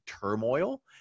turmoil